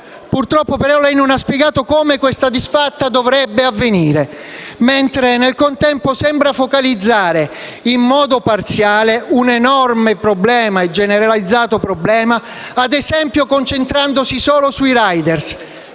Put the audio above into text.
Purtroppo, però, lei non ha spiegato come questa disfatta dovrebbe avvenire; mentre, al contempo, sembra focalizzare in modo parziale un problema enorme e generalizzato, ad esempio concentrandosi solo sui *rider*;